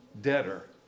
debtor